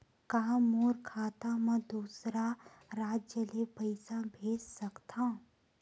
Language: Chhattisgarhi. का मोर खाता म दूसरा राज्य ले पईसा भेज सकथव?